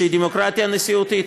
שהיא דמוקרטיה נשיאותית,